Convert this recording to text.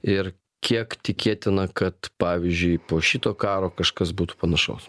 ir kiek tikėtina kad pavyzdžiui po šito karo kažkas būtų panašaus